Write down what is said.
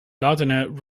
gardiner